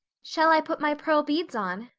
shall i put my pearl beads on?